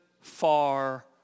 far